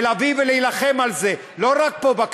ולהילחם על זה לא רק פה,